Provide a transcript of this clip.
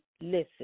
listen